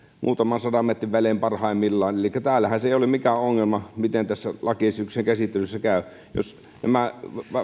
muutaman sadan metrin välein parhaimmillaan elikkä täällähän se ei ole mikään ongelma miten tässä lakiesityksen käsittelyssä käy jos nämä